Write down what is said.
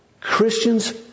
Christians